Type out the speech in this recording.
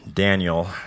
Daniel